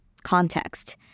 context